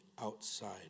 outside